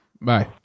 Bye